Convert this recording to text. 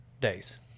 days